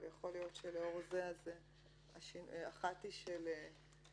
אבל יכול להיות שלאור זה אחת היא של תקיפה